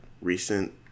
recent